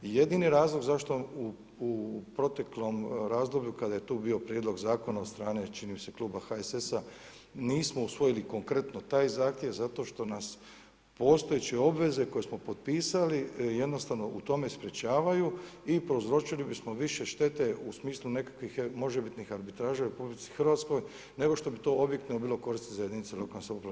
Jedini razlog zašto u proteklom razdoblju kada je tu bio prijedlog zakona od strane čini mi se kluba HSS-a nismo usvojili konkretno taj zahtjev zato što nas postojeće obveze koje smo potpisali jednostavno u tome sprječavaju i prouzročili bismo više štete u smislu nekakvih možebitnih arbitraža u RH nego što bi to objektivno bilo koristi za jedinice lokalne samouprave.